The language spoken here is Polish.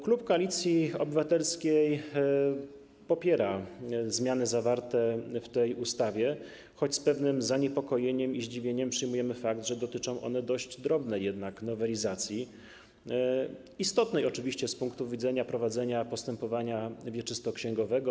Klub Koalicji Obywatelskiej popiera zmiany zawarte w tej ustawie, choć z pewnym zaniepokojeniem i zdziwieniem przyjmujemy fakt, że dotyczą one jednak dość drobnej nowelizacji, istotnej oczywiście z punktu widzenia prowadzenia postępowania wieczysto-księgowego.